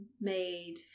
made